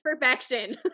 perfection